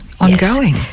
ongoing